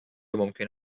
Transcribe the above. ممکن